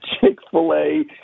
Chick-fil-A